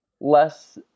less